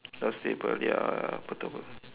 not stable ya betul betul